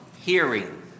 hearing